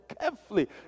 carefully